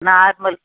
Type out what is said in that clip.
normal